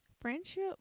friendship